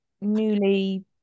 newly